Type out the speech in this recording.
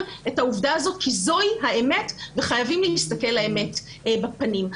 את העובדה הזאת כי זוהי האמת וחייבים להסתכל לאמת בפנים.